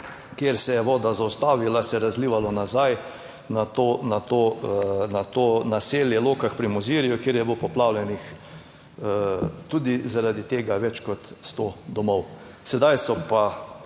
se je voda zaustavila, se je razlivalo nazaj na to naselje Lokah pri Mozirju, kjer je bilo poplavljenih tudi, zaradi tega, več kot sto domov. Sedaj so pa